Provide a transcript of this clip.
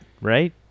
right